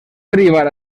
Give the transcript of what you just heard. arribar